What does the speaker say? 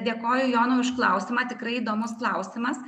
dėkoju jonui už klausimą tikrai įdomus klausimas